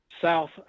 south